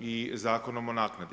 i Zakonom o naknadi.